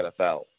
NFL